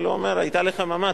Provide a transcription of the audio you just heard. אבל הוא אומר: היתה לי חממה,